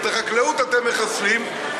את החקלאות אתם מחסלים,